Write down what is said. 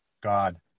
God